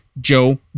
Joe